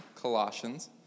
Colossians